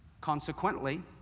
Consequently